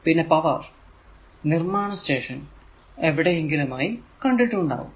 പിന്നെ പവർ നിർമാണ സ്റ്റേഷൻ ൽ എവിടെയെങ്കിലുമായി കണ്ടിട്ടും ഉണ്ടാകും